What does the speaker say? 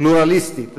פלורליסטית ורבת-גוונים.